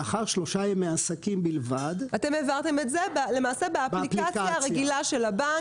אתם למעשה העברתם את זה באפליקציה הרגילה של הבנק.